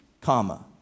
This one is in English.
comma